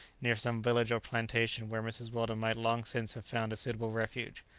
near some village or plantation where mrs. weldon might long since have found a suitable refuge.